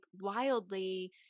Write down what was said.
wildly